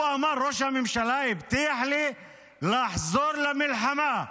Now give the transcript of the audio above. הוא אמר: ראש הממשלה הבטיח לי לחזור למלחמה.